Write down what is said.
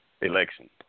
election